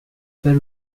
per